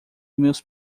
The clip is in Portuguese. meus